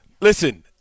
Listen